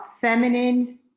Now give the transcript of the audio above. feminine